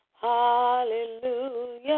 Hallelujah